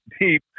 deep